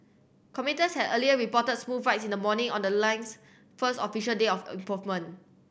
commuters had earlier reported smooth rides in the morning on the lane's first official day of approvement